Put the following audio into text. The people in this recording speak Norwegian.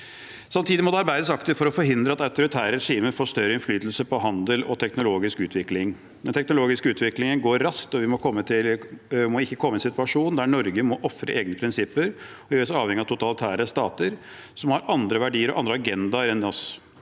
Samtidig må det arbeides aktivt for å forhindre at autoritære regimer får større innflytelse på handel og teknologisk utvikling. Den teknologiske utviklingen går raskt, og vi må ikke komme i en situasjon der Norge må ofre egne prinsipper og gjøre oss avhengige av totalitære stater som har andre verdier og andre agendaer enn oss.